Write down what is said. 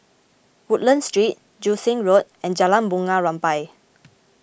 Woodlands Street Joo Seng Road and Jalan Bunga Rampai